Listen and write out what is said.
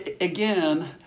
again